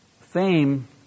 fame